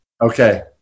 Okay